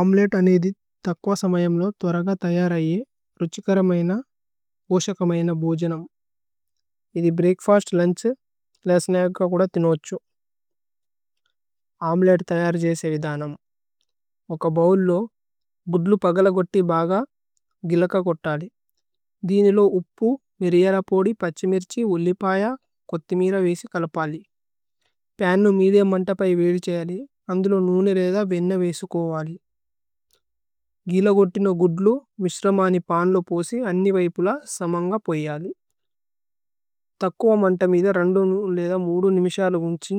അമുലേത് അനേദി തക്വ സമയമ്ലോ ഥുരഗ തയ്യരയി രുഛികരമയ്ന പോസ്യകമയ്ന ബോജനമ് ഇഥി। ബ്രേഅക്ഫസ്ത് ലുന്ഛ് ലേ സ്നച്ക് ക കുദ തിനോഛു അമുലേത് തയ്യര് ജേസേ വിദനമ് ഓക്ക ബോഉല് ലോ ഗുദ്ലു പഗലഗോത്തി ബഗ ഗിലക കോത്തലി ദിനി ലോ ഉപ്പു മിരിയര പോദി, പഛിമിര്ഛി, ഉല്ലിപയ, കോഥിമിര। വേസി കലപലി പന്നു മേദിഉമ് മന്ത പയി വേലി ഛയലി അന്ധുലോ നൂനേയ് ലേധ വേന്നേ വേസുകോവലി ഗില ഗോത്തിനോ ഗുദ്ലു മിസ്രമനി പാന്ലോ പോസി അന്നി। വൈപുല സമന്ഗ പോയയലി തക്വ മന്ത മിദ। രന്ദോ നൂനേയ് ലേധ മുദു നിമിശലു ഗുന്ഛി।